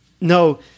no